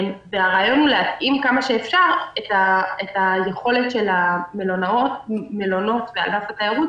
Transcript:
הרעיון הוא להתאים כמה שאפשר את היכולת של המלונות וענף התיירות